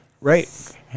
Right